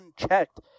unchecked